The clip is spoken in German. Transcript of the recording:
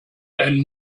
ein